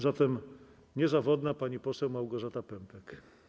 Zatem niezawodna pani poseł Małgorzata Pępek.